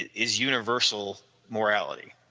is universal morality